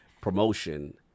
promotion